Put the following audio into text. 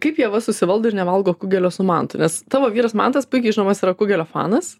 kaip ieva susivaldo ir nevalgo kugelio su mantu nes tavo vyras mantas puikiai žinomas yra kugelio fanas